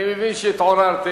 אני מבין שהתעוררתם.